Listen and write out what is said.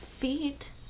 Feet